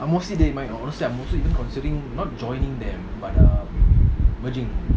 I'm mostly they honestly I'm mostly you know not joining them but um merging